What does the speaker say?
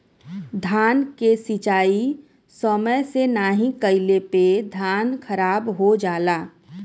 धान के सिंचाई समय से नाहीं कइले पे धान खराब हो जाला